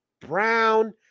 brown